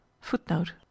Footnote